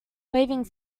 waving